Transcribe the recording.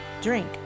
drink